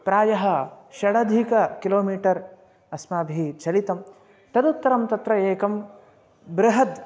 प्रायः षडधिक kilometre अस्माभिः चलितं तदुत्तरं तत्र एकं बृहत्